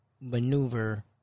maneuver